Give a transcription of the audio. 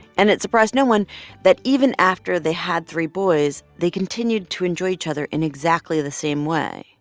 and it surprised no one that even after they had three boys, they continued to enjoy each other in exactly the same way.